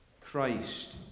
Christ